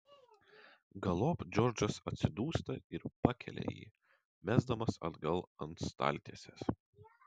galop džordžas atsidūsta ir pakelia jį mesdamas atgal ant staltiesės